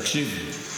תקשיבי,